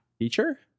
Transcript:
Teacher